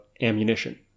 ammunition